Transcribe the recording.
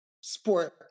sport